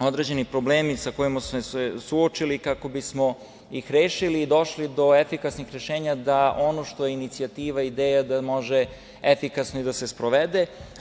određeni problemi sa kojima smo se suočili, kako bismo ih rešili i došli do efikasnih rešenja da ono što je inicijativa i ideja, da može efikasno i da se sprovede.